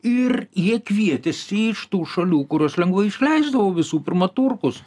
ir jie kvietėsi iš tų šalių kurios lengvai išleisdavo visų pirma turkus